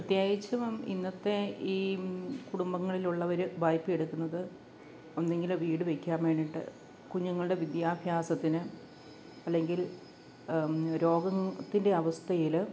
പ്രത്യേകിച്ചും ഇന്നത്തെ ഈ കുടുംബങ്ങളിലുള്ളവർ വായ്പ് എടുക്കുന്നത് ഒന്നുകിൽ വീട് വയ്ക്കാൻ വേണ്ടിയിട്ട് കുഞ്ഞുങ്ങളുടെ വിദ്യാഭ്യാസത്തിന് അല്ലെങ്കിൽ രോഗത്തിൻ്റെ അവസ്ഥയിൽ